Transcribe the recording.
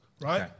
right